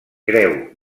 creu